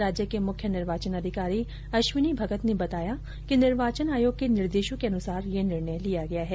राज्य के मुख्य निर्वाचन अधिकारी अश्विनी भगत ने बताया कि निर्वाचन आयोग के निर्देशों के अनुसार यह निर्णय लिया गया है